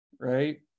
right